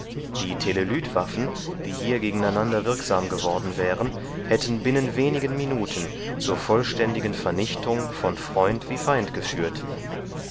die telelytwaffen die hier gegeneinander wirksam geworden wären hätten binnen wenigen minuten zur vollständigen vernichtung von freund wie feind geführt